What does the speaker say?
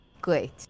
great